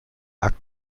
akt